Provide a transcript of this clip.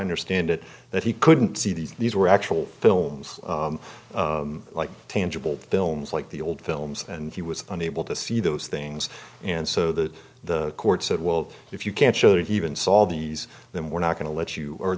understand it that he couldn't see these these were actual films like tangible films like the old films and he was unable to see those things and so the the court said well if you can't show even saw these then we're not going to let you or